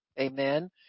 amen